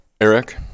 Eric